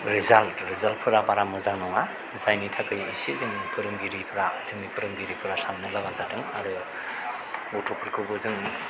रिजाल्टफोरा बारा मोजां नङा जायनि थाखाय एसे जों फोरोंगिरिफोरा जोंनि फोरोंगिरिफोरा साननो गोनां जादों आरो गथ'फोरखौ जों